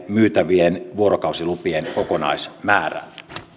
myytävien vuorokausilupien kokonaismäärää